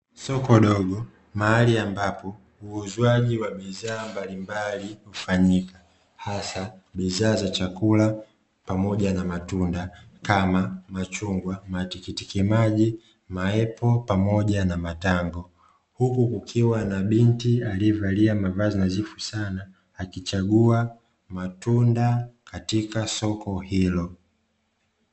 Soko dogo mahali ambapo uuzwaji wa bidhaa mbalimbali hufanyika, hasa bidhaa za chakula pamoja na matunda kama: machungwa, matikitimaji, maepo pamoja na matango huku kukiwa na binti aliyevalia mavazi nadhifu sana akichagua matunda katika soko hilo.